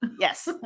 Yes